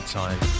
time